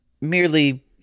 merely